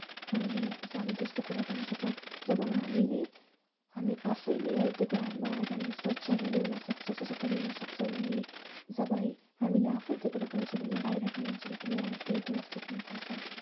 हामीले अब त्यस्तो कुरा गर्न सक्छौँ जब हामीले हामी आफैले है त्यो कुराहरूमा आज हामीले स्वच्छ ल्याउन सक्छौँ स्वच्छता ल्याउन सक्छौँ जब है हामीले आफै त्यो कुरा गर्छौँ भने बाहिरको मान्छेले पनि आएर त्यही कुरा सिक्ने गर्छ